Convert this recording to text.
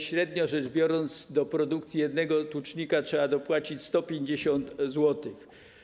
Średnio rzecz biorąc, do produkcji jednego tucznika trzeba dopłacić 150 zł.